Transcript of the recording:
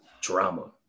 drama